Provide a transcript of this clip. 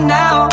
now